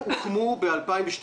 שהוקם ב-2012.